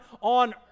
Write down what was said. on